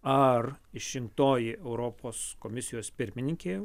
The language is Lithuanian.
ar išrinktoji europos komisijos pirmininkė